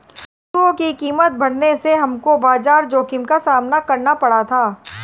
धातुओं की कीमत बढ़ने से हमको बाजार जोखिम का सामना करना पड़ा था